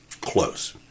Close